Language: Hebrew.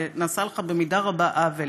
ונעשה לך במידה רבה עוול